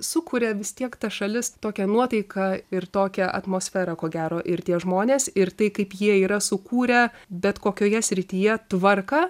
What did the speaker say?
sukuria vis tiek ta šalis tokią nuotaiką ir tokią atmosferą ko gero ir tie žmonės ir tai kaip jie yra sukūrę bet kokioje srityje tvarką